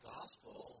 Gospel